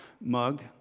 mug